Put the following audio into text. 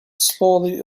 slowly